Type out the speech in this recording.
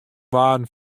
waarden